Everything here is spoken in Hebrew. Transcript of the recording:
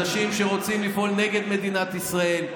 אנשים שרוצים לפעול נגד מדינת ישראל,